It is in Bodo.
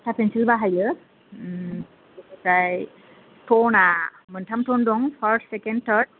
आठथा पेन्सिल बाहायो उम आमफ्राय ट'ना मोन्थाम ट'न दं फार्स्ट सेकेन्ड थार्ड